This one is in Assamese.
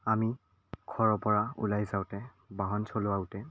আমি ঘৰৰপৰা ওলাই যাওঁতে বাহন চলাওঁতে